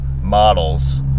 models